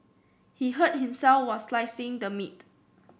he hurt himself while slicing the meat